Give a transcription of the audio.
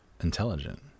intelligent